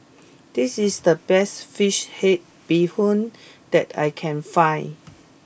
this is the best Fish Head Bee Hoon that I can find